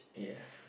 yeah